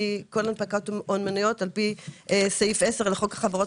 כי כל הנפקת מניות על-פי סעיף 10 לחוק החברות